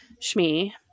Shmi